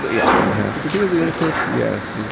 yeah. you'd have to be a lunatic. yes. yeah.